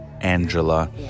Angela